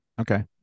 Okay